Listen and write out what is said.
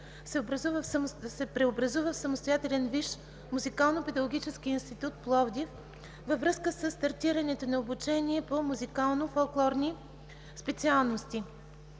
се преобразува в самостоятелен Висш музикално-педагогически институт – Пловдив, във връзка със стартирането на обучение по музикално-фолклорни специалности.